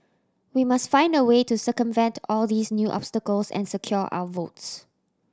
we must find a way to circumvent all these new obstacles and secure our votes